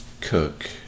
Cook